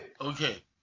Okay